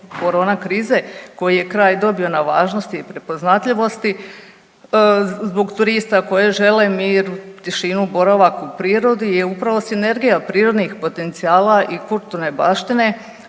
korona krize koji je kraj dobio na važnosti i prepoznatljivosti zbog turista koji žele mir, tišinu, boravak u prirodi je upravo sinergija prirodnih potencijala i kulturne baštine